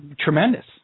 tremendous